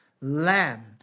lamb